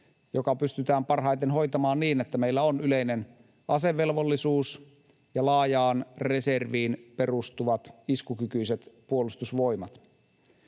joka pystytään parhaiten hoitamaan niin, että meillä on yleinen asevelvollisuus ja laajaan reserviin perustuvat iskukykyiset puolustusvoimat.